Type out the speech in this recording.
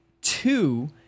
two